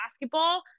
basketball